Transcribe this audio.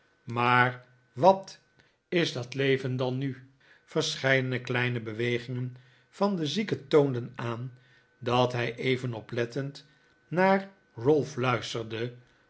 maar wat is dat leven dan nu verscheidene kleine bewegingen van den zieke toonden aan dat hij even oplettend naar ralph luisterde